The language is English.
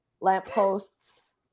lampposts